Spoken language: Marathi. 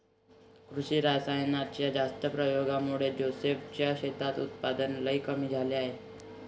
कृषी रासायनाच्या जास्त प्रयोगामुळे जोसेफ च्या शेतात उत्पादन लई कमी झाले आहे